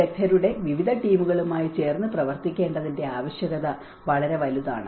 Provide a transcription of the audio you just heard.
വിദഗ്ധരുടെ വിവിധ ടീമുകളുമായി ചേർന്ന് പ്രവർത്തിക്കേണ്ടതിന്റെ ആവശ്യകത വളരെ വലുതാണ്